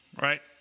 right